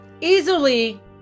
easily